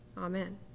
Amen